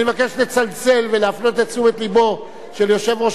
אני מבקש לצלצל ולהפנות את תשומת לבו של יושב-ראש